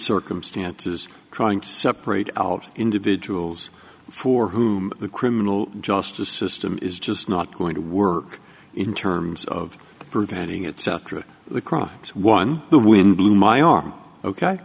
circumstances trying to separate out individuals for whom the criminal justice system is just not going to work in terms of preventing its outre the crime is one the wind blew my arm ok